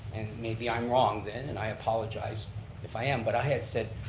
maybe i'm wrong then and i apologize if i am, but i had said,